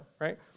right